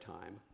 time